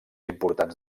importants